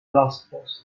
lastpost